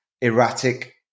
erratic